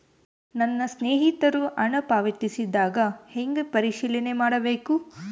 ನನ್ನ ಸ್ನೇಹಿತರು ಹಣ ಪಾವತಿಸಿದಾಗ ಹೆಂಗ ಪರಿಶೇಲನೆ ಮಾಡಬೇಕು?